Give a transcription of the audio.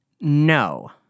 no